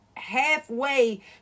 halfway